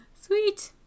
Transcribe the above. Sweet